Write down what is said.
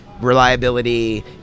reliability